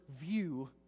view